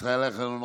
ישראל אייכלר,